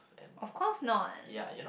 of course not